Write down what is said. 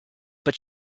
but